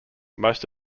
most